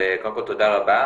קודם כל תודה רבה